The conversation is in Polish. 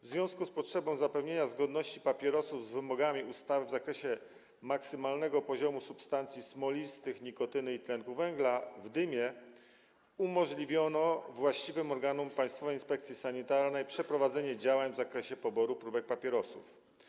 W związku z potrzebą zapewnienia zgodności, jeżeli chodzi o papierosy, z wymogami ustawy w zakresie maksymalnego poziomu substancji smolistych, nikotyny i tlenku węgla w dymie umożliwiono właściwym organom Państwowej Inspekcji Sanitarnej przeprowadzenie działań w zakresie poboru próbek papierosów.